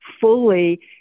fully